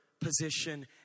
position